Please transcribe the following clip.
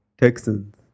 Texans